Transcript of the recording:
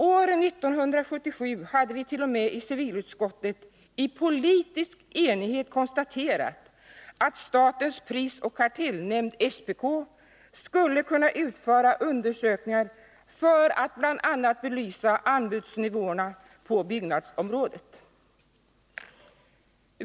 År 1977 konstaterade vi i civilutskottet t.o.m. i politisk enighet att statens prisoch kartellnämnd, SPK, skulle kunna utföra undersökningar för att bl.a. belysa anbudsnivåerna på byggområdet.